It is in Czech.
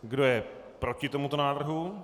Kdo je proti tomuto návrhu?